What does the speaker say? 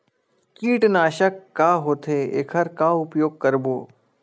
कीटनाशक का होथे एखर का उपयोग करबो?